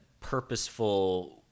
purposeful